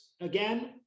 again